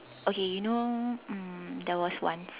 okay you know um there was once